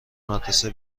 مدرسه